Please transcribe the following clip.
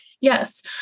Yes